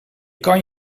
kan